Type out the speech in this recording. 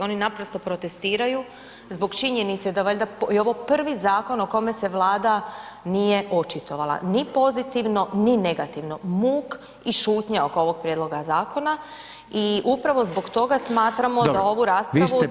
Oni naprosto protestiraju zbog činjenice da je valjda ovo prvi zakon o kome se Vlada nije očitovala ni pozitivno, ni negativno, muk i šutnja oko ovog prijedloga zakona i upravo zbog toga smatramo da ovu raspravu treba.